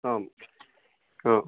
आं हा